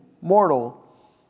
Mortal